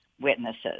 witnesses